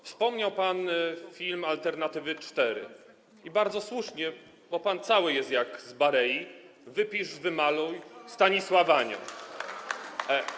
Wspomniał pan film „Alternatywy 4” i bardzo słusznie, bo pan cały jest jak z Barei, wypisz wymaluj Stanisław Anioł.